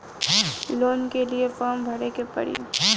Loan के लिए form भरे के पड़ी?